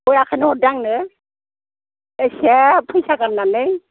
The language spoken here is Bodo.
बयाखौनो हरदों आंनो एसे फैसा गारनानै